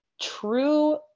true